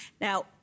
Now